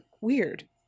weird